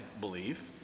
believe